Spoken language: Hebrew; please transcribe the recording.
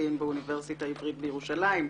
למשפטים באוניברסיטה העברית בירושלים,